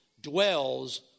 dwells